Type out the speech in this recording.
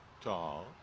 tall